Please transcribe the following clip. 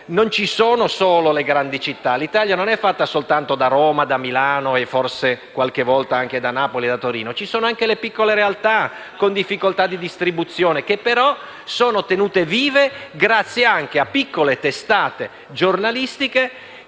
non ci sono solo le grandi città: l'Italia non è fatta soltanto da Roma, da Milano e qualche volta anche da Napoli e da Torino; ci sono anche le piccole realtà, con difficoltà di distribuzione, che però sono tenute vive grazie anche a piccole testate giornalistiche